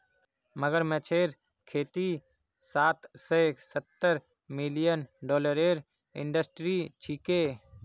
मगरमच्छेर खेती साठ स सत्तर मिलियन डॉलरेर इंडस्ट्री छिके